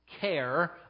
care